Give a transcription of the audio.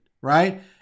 right